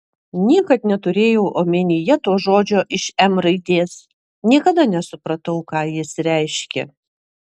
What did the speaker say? niekad neturėjau omenyje to žodžio iš m raidės niekada nesupratau ką jis reiškia